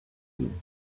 you